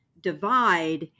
divide